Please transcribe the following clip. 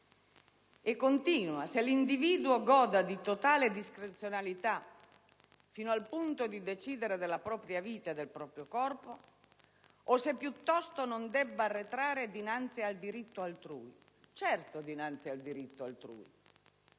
è domandati "se l'individuo goda di totale discrezionalità fino al punto di poter decidere della propria vita e del proprio corpo, o se piuttosto non debba arretrare dinanzi al diritto altrui". È certo che deve arretrare dinanzi al diritto altrui,